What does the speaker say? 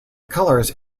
colors